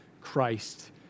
Christ